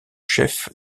chef